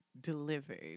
delivered